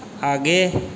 आगे